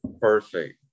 Perfect